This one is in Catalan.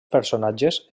personatges